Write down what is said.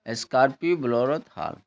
scorpio bolero Thar